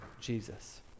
Jesus